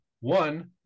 one